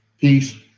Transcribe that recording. Peace